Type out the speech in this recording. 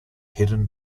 hidden